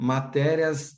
Matérias